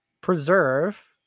preserve